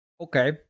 Okay